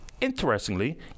Interestingly